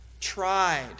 tried